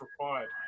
required